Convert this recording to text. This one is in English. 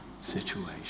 situation